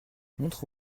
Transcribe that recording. montre